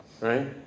right